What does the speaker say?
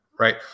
right